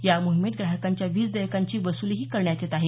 या मोहिमेत ग्राहकांच्या वीज देयकांची वसुलीही करण्यात येत आहे